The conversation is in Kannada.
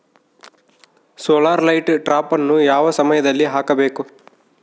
ಸೋಲಾರ್ ಲೈಟ್ ಟ್ರಾಪನ್ನು ಯಾವ ಸಮಯದಲ್ಲಿ ಹಾಕಬೇಕು?